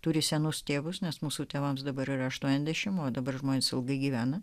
turi senus tėvus nes mūsų tėvams dabar aštuoniasdešimt o dabar žmonės ilgai gyvena